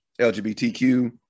LGBTQ